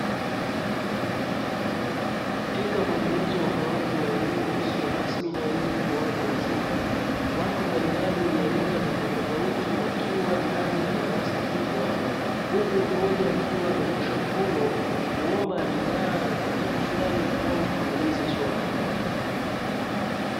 Katika mwendelezo wa utoaji wa elimu isiyo rasmi na elimu kwa watu wazima, watu mbalimbali wenye rika tofautitofauti wakiwa ndani ya darasa kubwa, huku mmoja akiwa amenyoosha mkono kuomba ridhaa ya kujibu swali au kuuliza swali.